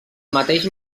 mateix